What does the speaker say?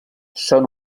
són